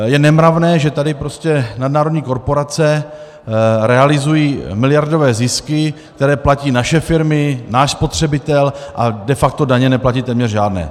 Je nemravné, že tady prostě nadnárodní korporace realizují miliardové zisky, které platí naše firmy, náš spotřebitel, a de facto daně neplatí téměř žádné.